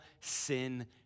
sin